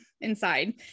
inside